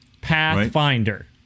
Pathfinder